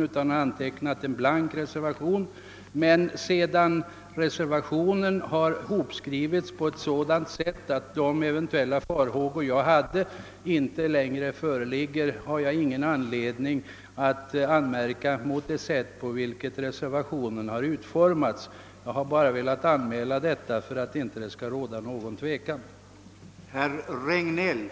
lämnat en blank reservation, men då den andra reservationen hopskrivits på ett sådant sätt att de farhågor som jag hyste inte längre föreligger, har jag ingen anledning att anmärka mot det sätt på vilket den utformats. Jag har bara velat meddela detta för att det inte skall råda någon ovisshet om min ståndpunkt.